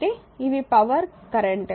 అయితే ఇవి power current